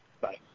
Bye